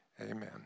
amen